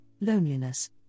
loneliness